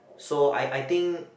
so I I think